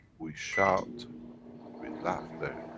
we shout with laughter,